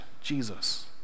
Jesus